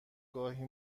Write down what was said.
گاهی